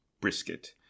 brisket